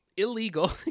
Illegal